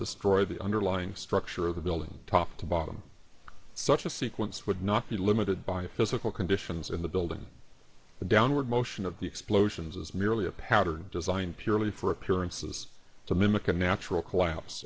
destroy the underlying structure of the building top to bottom such a sequence would not be limited by physical conditions in the building the downward motion of the explosions is merely a pattern designed purely for appearances to mimic a natural collapse